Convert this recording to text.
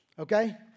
Okay